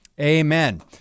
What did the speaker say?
amen